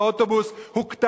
באוטובוס מקטמון לגאולה,